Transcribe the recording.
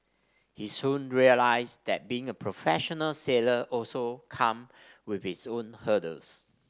he soon realised that being a professional sailor also come with its own hurdles